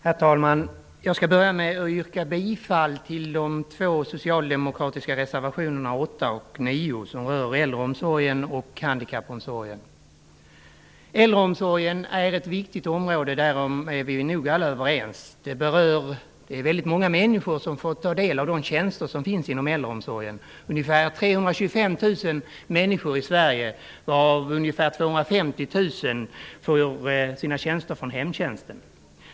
Herr talman! Jag skall börja med att yrka bifall till de två socialdemokratiska reservationerna 8 och 9, som rör äldreomsorgen och handikappomsorgen. Äldreomsorgen är ett viktigt område, därom är vi nog alla överens. Väldigt många människor, 325 000, får del av de tjänster som ges inom äldreomsorgen, varav ungefär 250 000 får sina tjänster från hemtjänsten.